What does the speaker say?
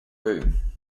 room